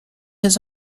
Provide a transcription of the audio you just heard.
his